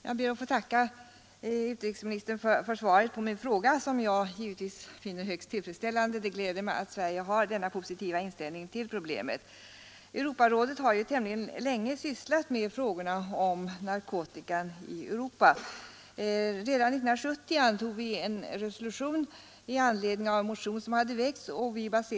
Herr talman! Jag ber att få tacka utrikesministern för svaret på min fråga, som jag givetvis finner högst tillfredsställande. Det gläder mig att Sverige har denna positiva inställning till problemet. Europarådet har ju tämligen länge sysslat med frågorna om narkotikan i Europa. Redan 1970 antog vi en resolution i anledning av en motion som hade väckts ett par år tidigare.